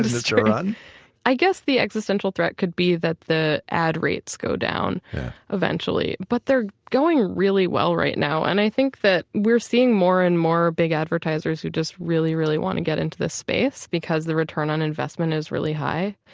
industry, i guess the existential threat could be that the ad rates go down eventually, but they're going really well right now, and i think that we're seeing more and more big advertisers who really really want to get into this space because the return on investment is really high.